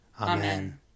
Amen